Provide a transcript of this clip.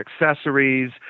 accessories